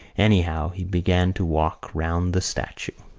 anyhow he began to walk round the statue.